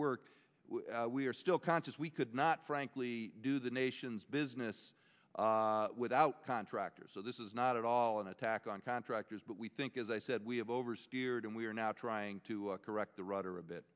so we are still conscious we could not frankly do the nation's business without contractors so this is not at all an attack on contractors but we think as i said we have over steered and we are now trying to correct the rudder a bit